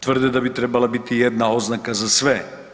Tvrde da bi trebala biti jedna oznaka za sve.